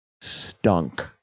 stunk